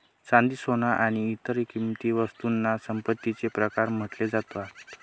चांदी, सोन आणि इतर किंमती वस्तूंना संपत्तीचे प्रकार म्हटले जातात